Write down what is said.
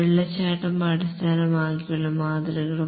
waterfall അടിസ്ഥാനമാക്കിയുള്ള മാതൃകകൾ